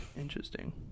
Interesting